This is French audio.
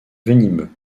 venimeux